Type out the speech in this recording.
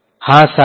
હા સાચું